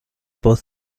both